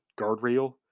guardrail